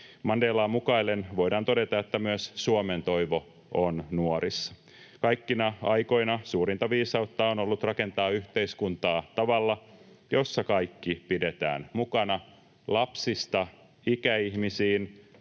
Mandelaa mukaillen voidaan todeta, että myös Suomen toivo on nuorissa. Kaikkina aikoina suurinta viisautta on ollut rakentaa yhteiskuntaa tavalla, jossa kaikki pidetään mukana lapsista ikäihmisiin,